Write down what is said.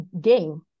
game